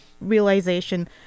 realization